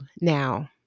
now